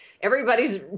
everybody's